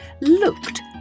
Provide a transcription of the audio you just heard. looked